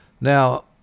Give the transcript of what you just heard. Now